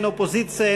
אין אופוזיציה,